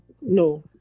No